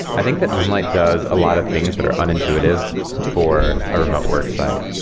i think that moonlight does a lot of things that are unintuitive for a remote worksite.